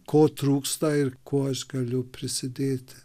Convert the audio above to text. ko trūksta ir kuo aš galiu prisidėti